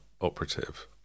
operative